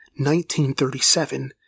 1937